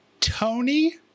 Tony